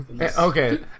Okay